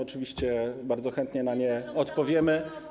Oczywiście bardzo chętnie na nie odpowiemy.